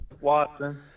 Watson